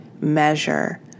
measure